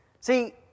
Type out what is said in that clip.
See